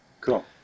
Cool